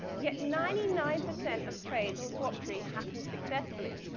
yet ninety nine percent of trades on swaptree happen successfully,